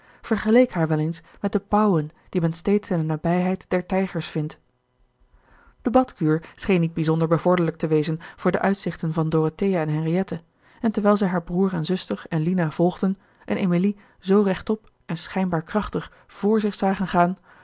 vergeleek haar wel eens met de pauwen die men steeds in de nabijheid der tijgers vindt de badkuur scheen niet bijzonder bevorderlijk te wezen voor de uitzichten van dorothea en henriette en terwijl zij haar broer en zuster en lina volgden en emilie zoo rechtop en schijnbaar krachtig vr zich zagen gaan